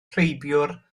rheibiwr